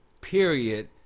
period